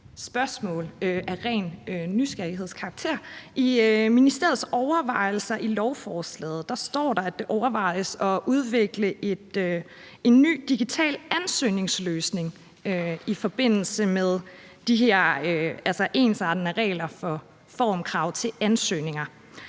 lovforslaget står der under ministeriets overvejelser, at det overvejes at udvikle en ny digital ansøgningsløsning i forbindelse med de her ensartede regler for formkrav til ansøgninger.